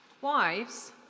Wives